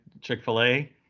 Chick-fil-A